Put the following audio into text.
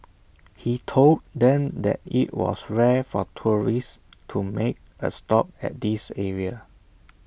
he told them that IT was rare for tourists to make A stop at this area